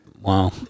Wow